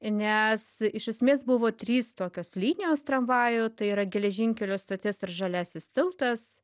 nes iš esmės buvo trys tokios linijos tramvajų tai yra geležinkelio stoties ir žaliasis tiltas